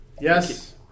Yes